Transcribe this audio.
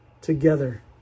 together